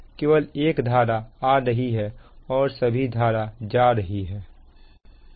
केवल एक धारा आ रही है और सभी धारा जा रही है